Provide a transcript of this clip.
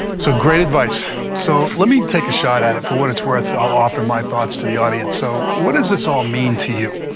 so great advice. so let me take a shot at it. for what it's worth, i'll offer my thoughts to the audience. so what does this all mean to you?